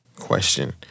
question